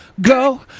Go